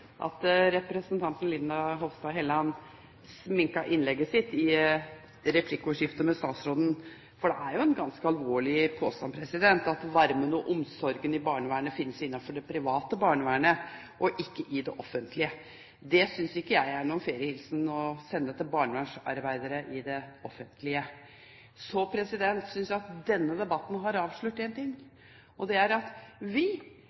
at representanten Linda C. Hofstad Helleland sminket innlegget sitt i replikkordskiftet med statsråden, for det er jo en ganske alvorlig påstand at varmen og omsorgen i barnevernet fins innenfor det private barnevernet, ikke i det offentlige. Det syns ikke jeg er noen feriehilsen å sende til barnevernsarbeidere i det offentlige. Jeg syns at denne debatten har avslørt én ting, og det er at vi